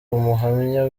umuhamya